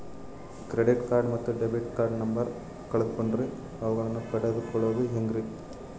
Credit card ಮತ್ತು debit card number ಕಳೆದುಕೊಂಡಿನ್ರಿ ಅವುಗಳನ್ನ ಪಡೆದು ಕೊಳ್ಳೋದು ಹೇಗ್ರಿ?